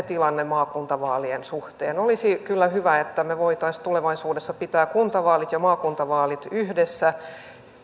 tilanne maakuntavaalien suhteen olisi kyllä hyvä että me voisimme tulevaisuudessa pitää kuntavaalit ja maakuntavaalit yhdessä